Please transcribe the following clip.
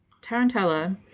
tarantella